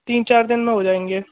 तीन चार दिन में हो जाएँगे